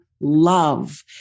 love